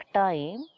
time